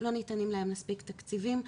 לא ניתנים להם מספיק תקציבים,